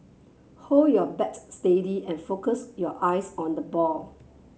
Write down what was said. hold your bat steady and focus your eyes on the ball